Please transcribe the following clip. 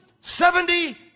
Seventy